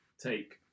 take